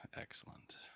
excellent